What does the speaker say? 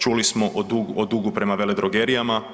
Čuli smo o dugu prema veledrogerijama.